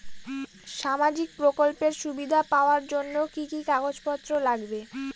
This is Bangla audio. সামাজিক প্রকল্পের সুবিধা পাওয়ার জন্য কি কি কাগজ পত্র লাগবে?